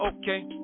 okay